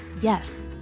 Yes